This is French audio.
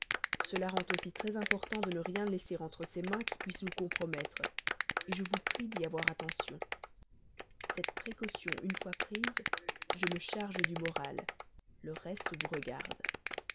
il rend aussi très important de ne rien laisser entre ses mains qui puisse me compromettre je vous prie d'y avoir attention cette précaution une fois prise je me charge du moral le reste vous regarde